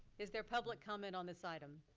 is there public comment on this item?